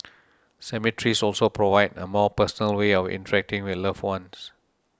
cemeteries also provide a more personal way of interacting with loved ones